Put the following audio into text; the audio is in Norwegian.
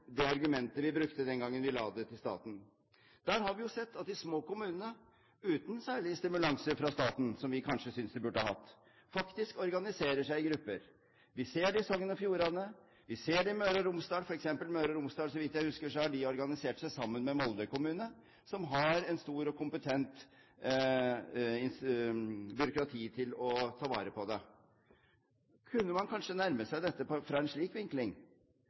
det argumentet vi brukte den gangen vi la det til staten? Der har vi sett at de små kommunene, uten særlig stimulans fra staten, som vi kanskje synes de burde hatt, faktisk organiserer seg i grupper. Vi ser det i Sogn og Fjordane. Vi ser det i Møre og Romsdal. Så vidt jeg husker, har Møre og Romsdal organisert seg sammen med Molde kommune, som har et stort og kompetent byråkrati til å ta vare på det. Kunne man kanskje nærme seg dette fra en slik vinkling?